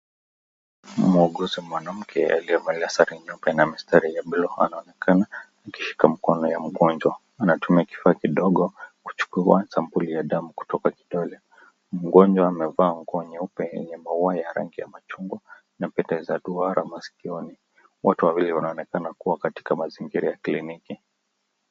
Mhuguzi mwanamke yeye anasafisha ringo penye mistari ya buluu anaonekana kushika mkono ya mgonjwa. Anatumia kifaa kidogo kuchukua sampuli ya damu kutoka kidole. Mgonjwa amevaa nguo nyeupe yenye maua ya rangi ya machungwa na pete za duara masikioni. Watu wawili wanaonekana kuwa katika mazingira ya kliniki.